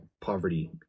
poverty